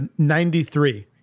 93